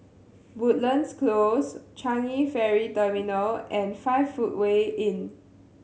Woodlands Close Changi Ferry Terminal and Five Footway Inn